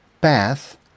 path